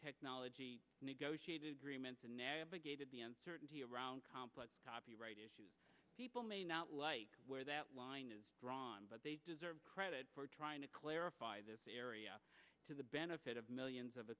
technology negotiated agreements and navigated the uncertainty around complex copyright issues people may not like where that line is drawn but they deserve credit for trying to clarify this area to the benefit of millions of